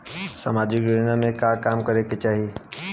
सामाजिक योजना में का काम करे के चाही?